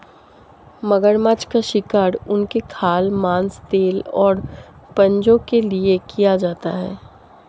मगरमच्छों का शिकार उनकी खाल, मांस, तेल और पंजों के लिए किया जाता है